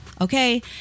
okay